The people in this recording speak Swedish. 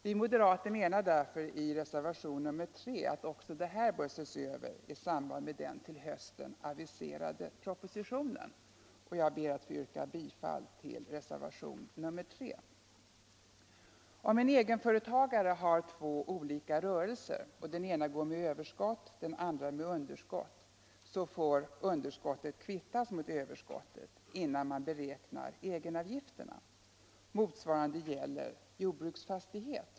Vi moderater menar därför att också detta bör ses över i samband med den till hösten aviserade propositionen, och jag ber att få yrka bifall till reservationen 3. Om en egenföretagare har två olika rörelser och den ena går med överskott, den andra med underskott, så får underskottet kvittas mot överskottet innan egenavgifterna beräknas. Motsvarande gäller jordbruksfastighet.